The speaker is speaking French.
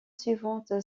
suivante